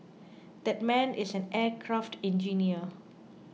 that man is an aircraft engineer